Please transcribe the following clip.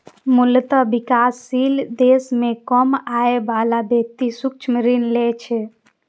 मूलतः विकासशील देश मे कम आय बला व्यक्ति सूक्ष्म ऋण लै छै